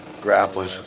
grappling